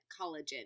collagen